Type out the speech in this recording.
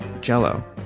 Jello